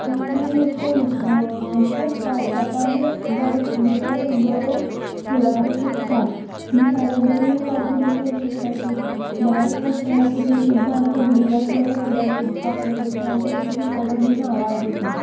ती अेश कोन्न खूब त्रास काडटा आनी भुरग्यागे बोरें फुडार चिंत्ता ही कादंबरी वाच्ल मुटरी अेश दिसता की बायल खूब त्रास सोसून सुद्दां आपले भुरग्याक बोरें फुडार सोदपाक हें कोता आनी तेक तिंतूं पोडों दिना वायट हिंतून